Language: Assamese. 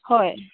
হয়